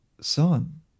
son